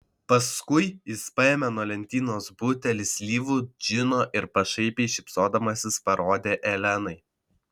paskui jis paėmė nuo lentynos butelį slyvų džino ir pašaipiai šypsodamasis parodė elenai